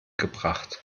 gebracht